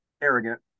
arrogant